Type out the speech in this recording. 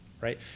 Right